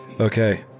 Okay